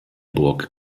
burg